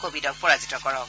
কোৱিডক পৰাজিত কৰক